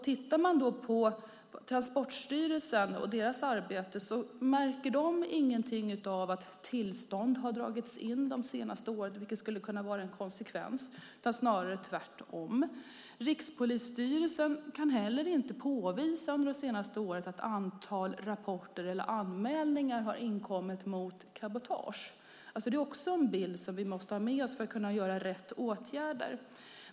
Transportstyrelsen har inte märkt att tillstånd skulle ha dragits in de senaste åren, vilket skulle vara en konsekvens. Snarare är det tvärtom. Rikspolisstyrelsen har inte heller påvisat att det under det senaste året har kommit in rapporter eller anmälningar mot cabotage. Det är också en bild vi måste ha med oss för att vidta rätt åtgärder.